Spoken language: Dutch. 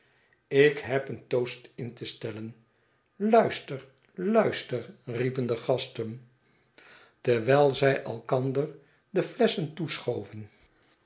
ik heb een toast in te stellen luister luisterl riepen de gasten terwijl ztj elkanderde flesschen